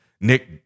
Nick